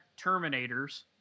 Terminators